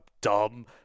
dumb